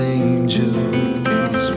angels